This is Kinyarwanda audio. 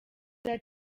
yagize